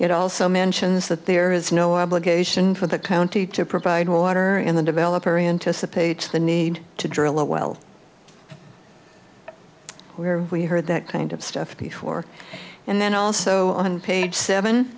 it also mentions that there is no obligation for the county to provide water in the developer interest the page the need to drill a well where we heard that kind of stuff before and then also on page seven